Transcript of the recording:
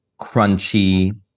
crunchy